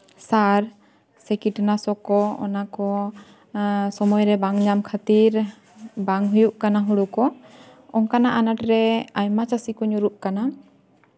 ᱥᱟᱨ ᱥᱮ ᱠᱤᱴᱱᱟᱥᱚᱠ ᱠᱚ ᱚᱱᱟ ᱠᱚ ᱥᱚᱢᱚᱭᱨᱮ ᱵᱟᱝ ᱧᱟᱢ ᱠᱷᱟᱹᱛᱤᱨ ᱵᱟᱝ ᱦᱩᱭᱩᱜ ᱠᱟᱱᱟ ᱦᱩᱲᱩ ᱠᱚ ᱚᱱᱠᱟᱱᱟᱜ ᱟᱱᱟᱴᱨᱮ ᱟᱭᱢᱟ ᱪᱟᱹᱥᱤ ᱠᱚ ᱧᱩᱨᱩᱜ ᱠᱟᱱᱟ